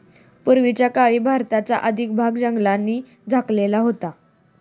पूर्वीच्या काळी भारताचा अधिक भाग जंगलांनी झाकलेला होता